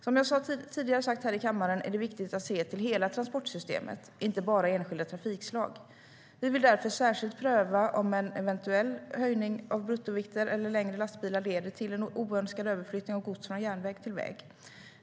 Som jag tidigare sagt i kammaren är det viktigt att se till hela transportsystemet, inte bara enskilda trafikslag. Vi vill därför särskilt pröva om eventuella höjda bruttovikter eller längre lastbilar leder till en oönskad överflyttning av gods från järnväg till väg.